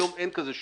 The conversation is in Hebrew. היום אין כזה שוק,